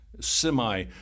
Semi